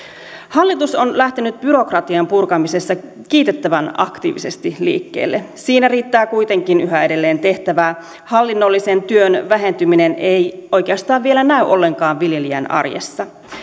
hallitus on lähtenyt byrokratian purkamisessa kiitettävän aktiivisesti liikkeelle siinä riittää kuitenkin yhä edelleen tehtävää hallinnollisen työn vähentyminen ei oikeastaan vielä näy ollenkaan viljelijän arjessa